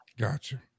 gotcha